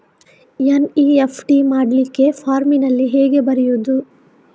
NEFT ಮಾಡ್ಲಿಕ್ಕೆ ಫಾರ್ಮಿನಲ್ಲಿ ಹೇಗೆ ಬರೆಯುವುದು?